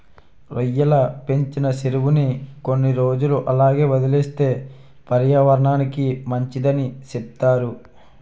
రొయ్యలు పెంచిన సెరువుని కొన్ని రోజులు అలాగే వదిలేస్తే పర్యావరనానికి మంచిదని సెప్తారు